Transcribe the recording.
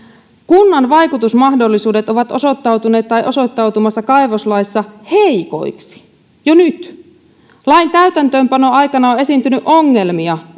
kunnan vaikutusmahdollisuudet ovat osoittautuneet tai osoittautumassa kaivoslaissa heikoiksi jo nyt lain täytäntöönpanoaikana on esiintynyt ongelmia